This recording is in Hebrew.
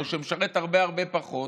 או שמשרת הרבה הרבה פחות.